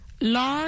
Large